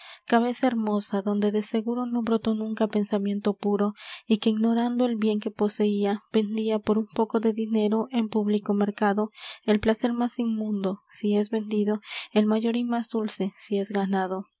cabeza hermosa donde de seguro no brotó nunca pensamiento puro y que ignorando el bien que poseia vendia por un poco de dinero en público mercado el placer más inmundo si es vendido el mayor y más dulce si es ganado